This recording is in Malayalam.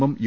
M U